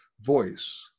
voice